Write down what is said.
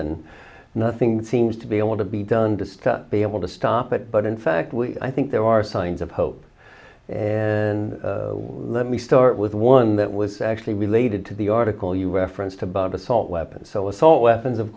and nothing seems to be able to be done to stop be able to stop it but in fact we i think there are signs of hope and let me start with one that was actually related to the article you referenced above assault weapons so assault weapons of